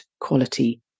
quality